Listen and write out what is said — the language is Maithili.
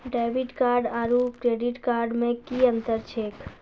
डेबिट कार्ड आरू क्रेडिट कार्ड मे कि अन्तर छैक?